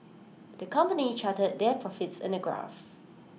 the company charted their profits in A graph